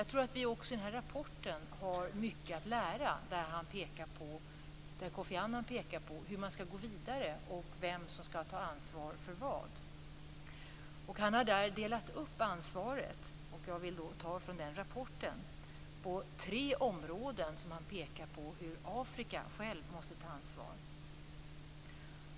Jag tror att vi har mycket att lära av rapporten där Kofi Annan pekar på hur vi skall gå vidare och vem som skall ta ansvar för vad. Han har där delat upp ansvaret. Jag delger ur den rapporten. Han visar på tre områden där Afrika självt måste ta ansvar.